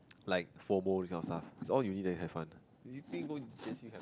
like Fomo this kind of stuff its all uni then have one you think go into J_C